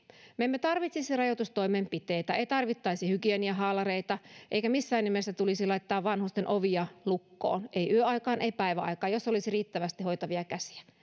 me emme tarvitsisi rajoitustoimenpiteitä emme tarvitsisi hygieniahaalareita eikä missään nimessä tulisi laittaa vanhusten ovia lukkoon ei yöaikaan ei päiväaikaan jos olisi riittävästi hoitavia käsiä